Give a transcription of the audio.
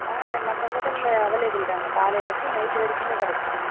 ஆ நம்ம ஹோட்டலில் அவைலப்புள் தாங்க காலையில் இருந்து நைட்டு வரைக்குமே கிடைக்குங்க